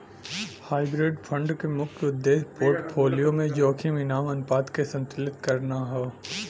hybrid fund क मुख्य उद्देश्य पोर्टफोलियो में जोखिम इनाम अनुपात के संतुलित करना हौ